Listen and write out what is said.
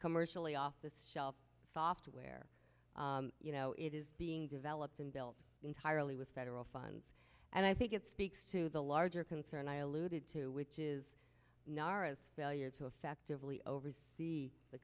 commercially off the shelf software you know it is being developed and built entirely with federal funds and i think it speaks to the larger concern i alluded to which is valued so effectively over the the